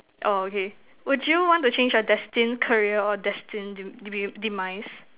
oh okay would you want to change your destined career or destined de~ de~ demise